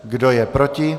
Kdo je proti?